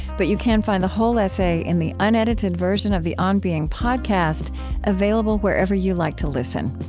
but you can find the whole essay in the unedited version of the on being podcast available wherever you like to listen.